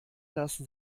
lassen